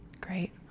great